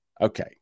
Okay